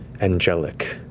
angelic.